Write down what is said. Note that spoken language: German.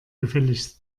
gefälligst